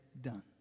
done